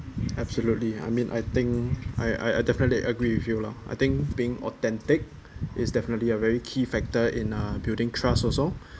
absolutely I mean I think I I definitely agree with you lah I think being authentic is definitely a very key factor in uh building trust also